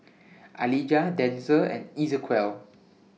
Alijah Denzel and Ezequiel